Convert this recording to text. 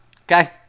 okay